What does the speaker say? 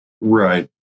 Right